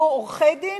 כתבו עורכי-דין,